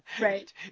Right